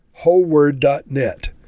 wholeword.net